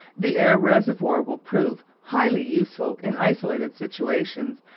the air reservoir will prove highly useful in isolated situations,